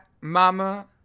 mama